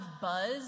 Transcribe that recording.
buzz